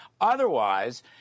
Otherwise